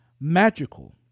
magical